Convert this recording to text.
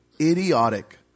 idiotic